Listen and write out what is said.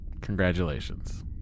Congratulations